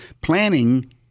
planning